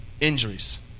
injuries